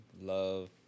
love